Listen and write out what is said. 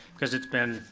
cause it's been,